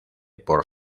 por